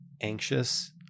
anxious